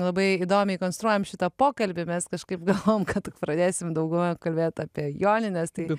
labai įdomiai konstruojam šitą pokalbį mes kažkaip galvojom kad pradėsim daugiau kalbėt apie jonines tai